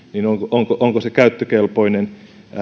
ovatko ne käyttökelpoisia